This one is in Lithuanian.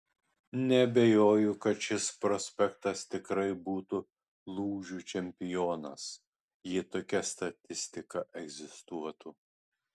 neabejoju kad šis prospektas tikrai būtų lūžių čempionas jei tokia statistika egzistuotų